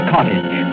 Cottage